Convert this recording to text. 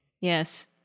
Yes